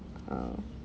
oh